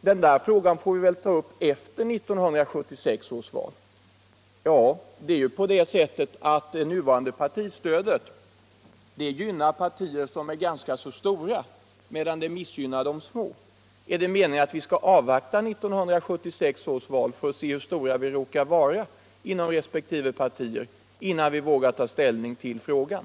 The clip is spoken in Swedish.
den här frågan får vi ta upp efter 1976 års val. Det nuvarande partistödet gynnar partier som är ganska stora, medan det missgynnar de små. Är det meningen att vi skall avvakta 1976 års val för att se hur stora partierna råkar vara innan vi vågar ta ställning till saken?